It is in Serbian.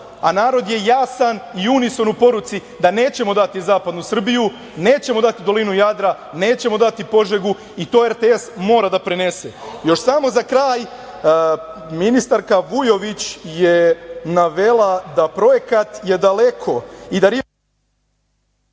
a narod je jasan i unison u poruci da nećemo dati zapadnu Srbiju, nećemo dati dolinu Jadra, nećemo dati Požegu i to RTS mora da prenese. Još samo za kraj, ministarka Vujović je navela da projekat je daleko i da „Rio